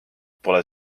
pole